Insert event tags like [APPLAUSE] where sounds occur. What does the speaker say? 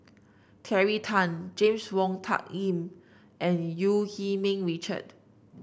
Terry Tan James Wong Tuck Yim and Eu [UNINTELLIGIBLE] Ming Richard